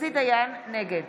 נגד